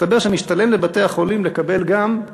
מסתבר שמשתלם לבתי-החולים לקבל גם את